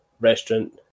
restaurant